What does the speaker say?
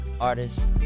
artists